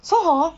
so hor